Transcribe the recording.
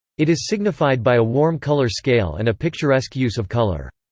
it is signified by a warm colour scale and a picturesque use of colour.